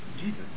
Jesus